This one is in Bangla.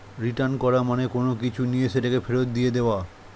রিটার্ন করা মানে কোনো কিছু নিয়ে সেটাকে ফেরত দিয়ে দেওয়া